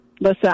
listen